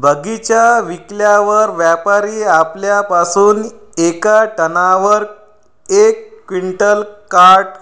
बगीचा विकल्यावर व्यापारी आपल्या पासुन येका टनावर यक क्विंटल काट